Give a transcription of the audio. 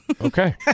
Okay